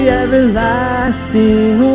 everlasting